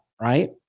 right